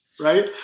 Right